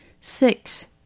Six